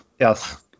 Yes